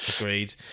Agreed